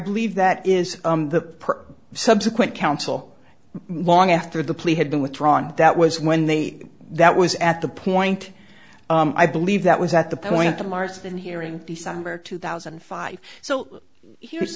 believe that is the subsequent counsel long after the plea had been withdrawn that was when they that was at the point i believe that was at the point of mars than hearing the summer of two thousand and five so here's